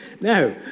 Now